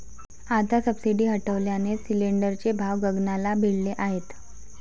आता सबसिडी हटवल्याने सिलिंडरचे भाव गगनाला भिडले आहेत